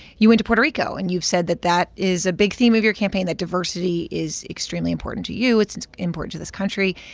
you went to puerto rico. and you've said that that is a big theme of your campaign, that diversity is extremely important to you it's it's important to this country.